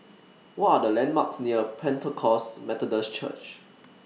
What Are The landmarks near Pentecost Methodist Church